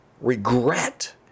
regret